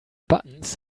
buttons